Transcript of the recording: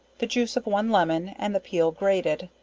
the juice of one lemon and the peal grated,